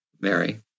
Mary